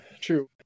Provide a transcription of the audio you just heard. True